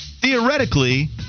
theoretically